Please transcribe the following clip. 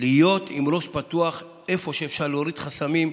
להיות עם ראש פתוח ואיפה שאפשר להוריד חסמים,